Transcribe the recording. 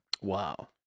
Wow